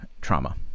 trauma